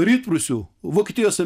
rytprūsių vokietijos